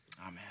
amen